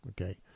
okay